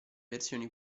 versioni